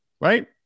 right